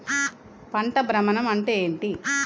పంట భ్రమణం అంటే ఏంటి?